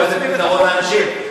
לתת פתרון לאנשים.